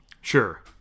Sure